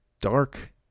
dark